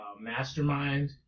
Mastermind